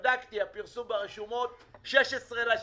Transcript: בדקתי, הפרסום ברשומות ב-16.6.